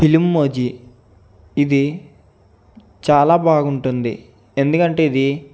ఫిల్మిమోజి ఇది చాలా బాగుంటుంది ఎందుకంటే ఇది